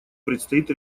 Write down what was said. предстоит